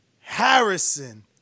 Harrison